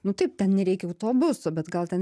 nu taip ten nereikia autobuso bet gal ten